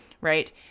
right